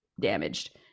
damaged